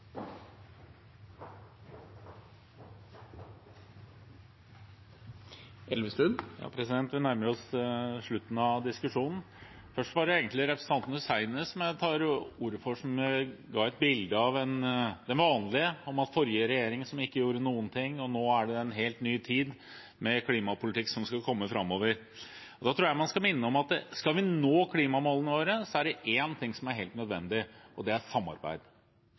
egentlig representanten Hussaini jeg tar ordet for. Han ga det vanlige bildet av at forrige regjering ikke gjorde noen ting, og at det nå er en helt ny tid, med klimapolitikk som skal komme framover. Da tror jeg man skal minne om at skal vi nå klimamålene våre, er det én ting som er helt nødvendig, og det er samarbeid.